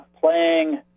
playing